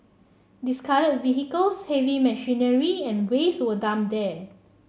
discarded vehicles heavy machinery and waste were dumped there